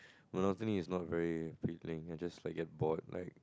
monotony is not very appealing I just like get bored like